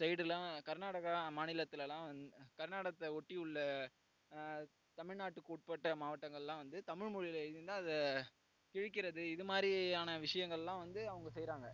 சைடுலலாம் கர்நாடகா மாநிலத்திலலாம் கர்நாடகத்தை ஒட்டி உள்ள தமிழ்நாட்டுக்கு உட்பட்ட மாவட்டங்கள்லாம் வந்து தமிழ் மொழியில் எழுதியிருந்தால் அதை கிழிக்கிறது இது மாதிரியான விஷயங்கள்லாம் வந்து அவங்க செய்கிறாங்க